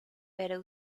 pero